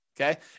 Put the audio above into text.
Okay